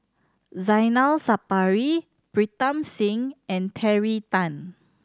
Zainal Sapari Pritam Singh and Terry Tan